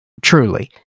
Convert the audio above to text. truly